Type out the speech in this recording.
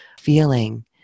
feeling